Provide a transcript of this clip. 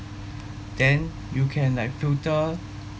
then you can like filter